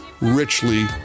richly